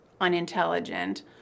unintelligent